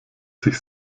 sich